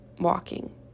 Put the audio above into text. walking